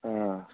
ಹಾಂ